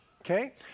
okay